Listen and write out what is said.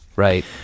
right